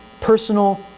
personal